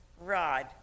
Rod